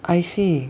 I see